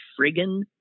friggin